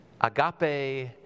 agape